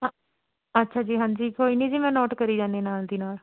ਹਾਂ ਅੱਛਾ ਜੀ ਹਾਂਜੀ ਕੋਈ ਨਹੀਂ ਜੀ ਮੈਂ ਨੋਟ ਕਰੀ ਜਾਂਦੀ ਨਾਲ ਦੀ ਨਾਲ